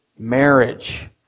Marriage